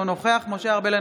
אינו נוכח משה ארבל,